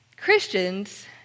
Christians